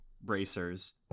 bracers